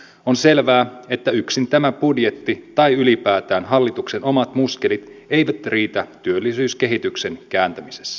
on selvää että yksin tämä budjetti tai ylipäätään hallituksen omat muskelit eivät riitä työllisyyskehityksen kääntämisessä